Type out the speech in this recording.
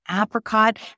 apricot